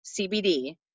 CBD